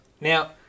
Now